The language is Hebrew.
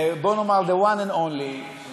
The one and only.